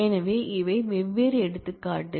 எனவே இவை வெவ்வேறு எடுத்துக்காட்டுகள்